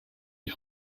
die